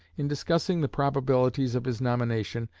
in discussing the probabilities of his nomination,